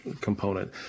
component